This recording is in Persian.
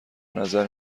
نظر